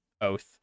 oath